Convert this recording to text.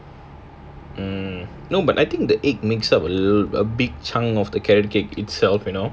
mm no but I think the egg makes up a big chunk of the carrot cake itself you know